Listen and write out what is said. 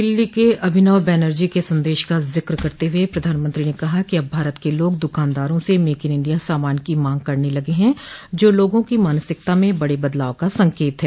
दिल्ली के अभिनव बैनर्जी के संदेश का जिक्र करते हुए प्रधानमंत्री ने कहा कि अब भारत के लोग दुकानदारों से मेड इन इंडिया सामान की मांग करने लगे हैं जो लोगों की मानसिकता में बड़े बदलाव का संकेत है